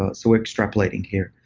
ah so extrapolating here.